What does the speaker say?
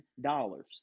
dollars